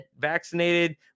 vaccinated